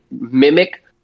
mimic